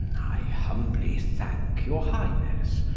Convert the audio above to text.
i humbly thanke your highnesse,